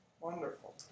Wonderful